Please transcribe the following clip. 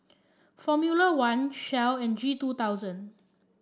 Formula One Shell and G two thousand